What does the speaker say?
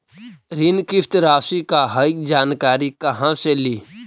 ऋण किस्त रासि का हई जानकारी कहाँ से ली?